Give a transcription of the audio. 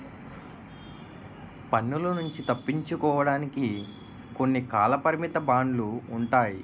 పన్నుల నుంచి తప్పించుకోవడానికి కొన్ని కాలపరిమిత బాండ్లు ఉంటాయి